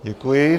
Děkuji.